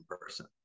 person